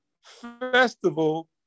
festival